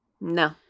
no